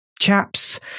Chaps